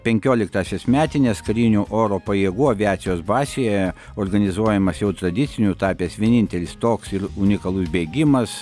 penkioliktąsias metines karinių oro pajėgų aviacijos bazėje organizuojamas jau tradiciniu tapęs vienintelis toks ir unikalus bėgimas